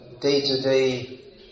day-to-day